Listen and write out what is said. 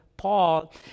Paul